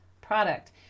product